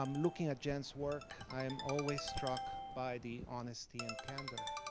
um looking at jen's work, i'm always struck by the honesty and candor.